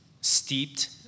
steeped